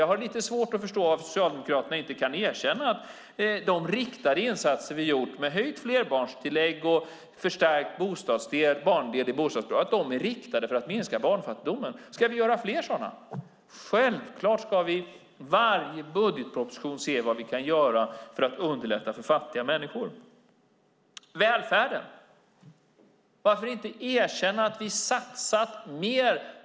Jag har lite svårt att förstå varför Socialdemokraterna inte kan erkänna att de riktade insatser vi gjort med höjt flerbarnstillägg och förstärkt barndel i bostadsbidraget är riktade för att minska barnfattigdomen. Ska vi göra fler sådana? Självklart ska vi i varje budgetproposition se vad vi kan göra för att underlätta för fattiga människor. Välfärden: Varför inte erkänna att vi satsat mer?